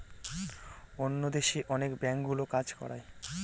অন্য দেশে অনেক ব্যাঙ্কগুলো কাজ করায়